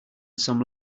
some